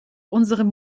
unserem